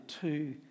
two